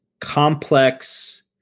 complex